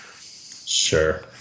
Sure